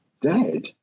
Dead